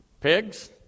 pigs